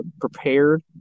prepared